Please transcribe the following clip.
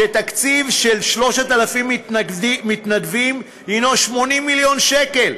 שהתקציב ל-3,000 מתנדבים הוא 80 מיליון שקל.